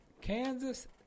Kansas